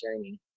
journey